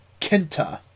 Kenta